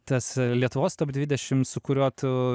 tas lietuvos top dvidešim su kuriuo tu